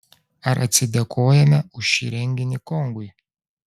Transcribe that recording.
ar atsidėkojame už šį renginį kongui